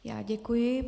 Já děkuji.